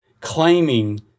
claiming